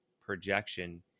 projection